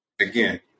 Again